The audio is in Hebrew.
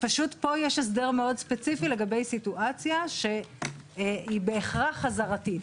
פה הסדר מאוד ספציפי לגבי סיטואציה שהיא בהכרח חזרתית.